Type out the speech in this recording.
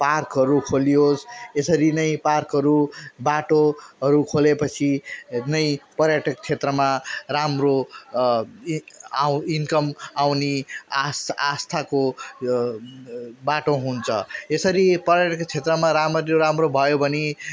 पार्कहरू खोलियोस् यसरी नै पार्कहरू बाटोहरू खोलेपछि नै पर्यटक क्षेत्रमा राम्रो इ आउ इनकम आउने आस आस्थाको बाटो हुन्छ यसरी पर्यटक क्षेत्रमा राम्ररी राम्रो भयो भनी